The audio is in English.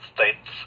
States